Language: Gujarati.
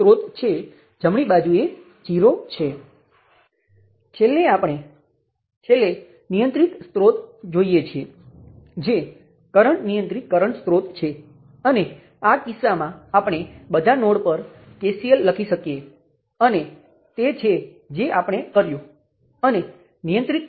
તેથી આ મેશ વિશ્લેષણ સમીકરણો છે અને આ વોલ્ટેજ નિયંત્રિત કરંટ સ્ત્રોત સાથેનાં નોડલ વિશ્લેષણના કિસ્સા જેવું જ છે